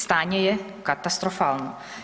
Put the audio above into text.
Stanje je katastrofalno.